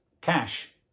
cash